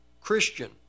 Christian